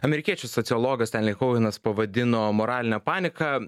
amerikiečių sociologas stenli kohenas pavadino moraline panika